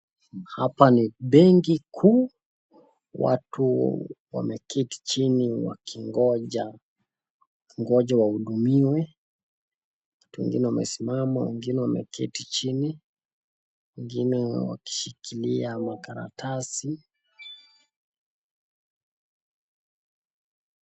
Hapa ni benki kuu ,watu wameketi chini wakingoja wahudumiwe. Watu wengini wamesimama wengine wakiketi chini, wengine wakishikilia makaratasi.